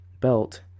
belt